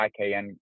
IKN